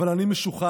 אבל אני משוחד,